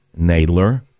Nadler